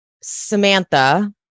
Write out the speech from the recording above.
Samantha